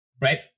right